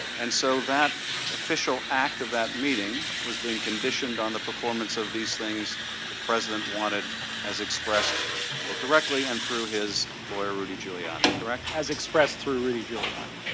and so that official act of that meeting was being conditioned on the performance of these things the president wanted as expressed both directly and through his lawyer, rudy giuliani? as expressed through rudy giuliani.